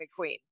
McQueen